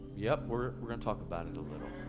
yep, we're going to talk about it a little.